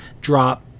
drop